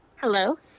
Hello